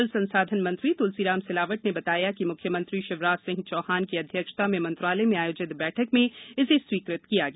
जल संसाधन मंत्री तुलसीराम सिलावट ने बताया कि मुख्यमंत्री शिवराज सिंह चौहान की अध्यक्षता में मंत्रालय में आयोजित बैठक में इसे स्वीकृत किया गया